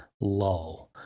lull